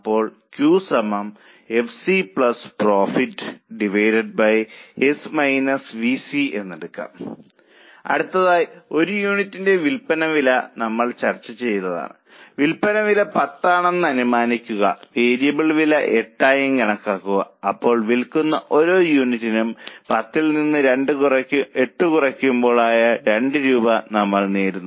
അപ്പോൾ QFCProfit S VC അടുത്തതായി ഒരു യൂണിറ്റിന്റെ വില്പന വില നമ്മൾ ചർച്ച ചെയ്ത വിൽപന വില 10 ആണെന്ന് അനുമാനിക്കുക വേരിയബിൾ വില 8 ആയും കണക്കാക്കുക അപ്പോൾ വിൽക്കുന്ന ഓരോ യൂണിറ്റിലും 10 ൽ നിന്ന് 2 കുറയ്ക്കുമ്പോൾ ആ 2 രൂപ നമ്മൾ നേടുന്നു